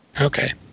okay